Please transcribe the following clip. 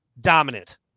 dominant